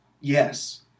Yes